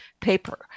paper